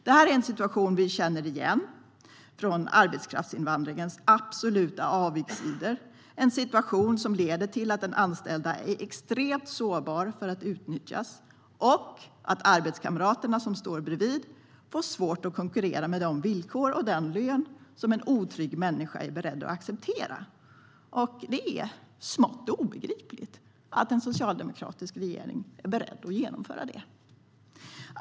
Detta är en situation vi känner igen från arbetskraftsinvandringens absoluta avigsidor. Det är en situation som leder till att den anställda är extremt sårbar för att utnyttjas och att arbetskamraterna som står bredvid får svårt att konkurrera med de villkor och den lön som en otrygg människa är beredd att acceptera. Det är smått obegripligt att en socialdemokratisk regering är beredd att genomföra det.